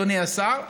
אדוני השר,